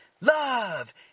Love